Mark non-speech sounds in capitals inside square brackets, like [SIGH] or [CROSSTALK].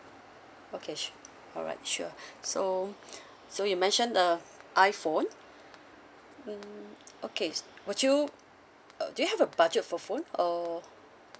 okay sur~ alright sure [BREATH] so [BREATH] so you mentioned the iphone mm okay s~ would you uh do you have a budget for phone or